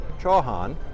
Chauhan